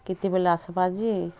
କେତେବେଳେ ଆସ୍ବା ଯେ